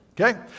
Okay